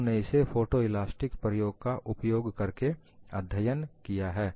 लोगों ने इसे फोटोइलास्टिक प्रयोग का उपयोग करके अध्ययन किया है